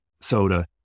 soda